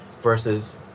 versus